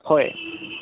হয়